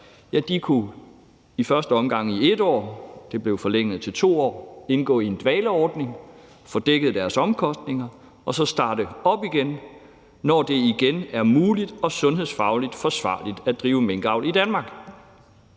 minkerhvervet, i første omgang i 1 år – det blev forlænget til 2 år – kunne indgå i en dvaleordning, få dækket deres omkostninger og så starte op igen, når det igen er muligt og sundhedsfagligt forsvarligt at drive minkavl i Danmark.